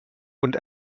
und